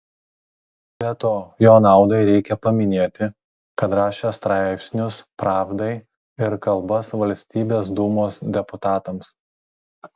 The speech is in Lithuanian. be to jo naudai reikia paminėti kad rašė straipsnius pravdai ir kalbas valstybės dūmos deputatams